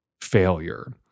failure